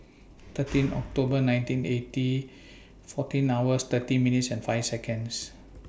thirteen October nineteen eighty fourteen hours thirty minutes and five Seconds